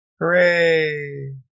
Hooray